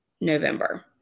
November